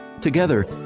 Together